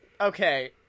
Okay